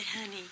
honey